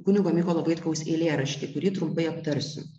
kunigo mykolo vaitkaus eilėraštį kurį trumpai aptarsiu